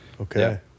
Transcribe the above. okay